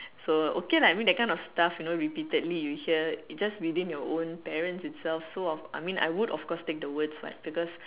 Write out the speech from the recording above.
so okay lah I mean that kind of stuff you know repeatedly you hear it's just within your own parents itself so of I mean I would of course take the words lah because